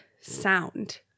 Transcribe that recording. sound